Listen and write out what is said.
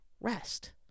rest